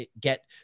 get